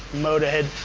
motorhead,